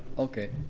okay,